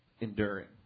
enduring